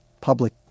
public